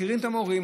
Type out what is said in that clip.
מכירים את המורים,